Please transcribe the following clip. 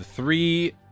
three